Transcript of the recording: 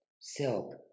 silk